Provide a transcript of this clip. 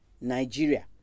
nigeria